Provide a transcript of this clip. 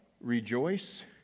Rejoice